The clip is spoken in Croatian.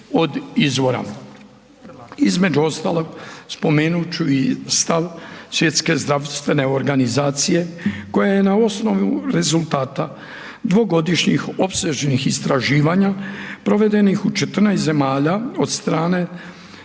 Između ostalog spomenut ću i stav Svjetske zdravstvene organizacije koja je na osnovu rezultata dvogodišnjih opsežnih istraživanja provedenih u 14 zemalja od strane